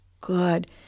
Good